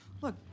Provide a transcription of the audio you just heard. Look